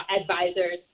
advisors